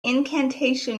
incantation